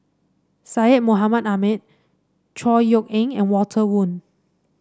Syed Mohamed Ahmed Chor Yeok Eng and Walter Woon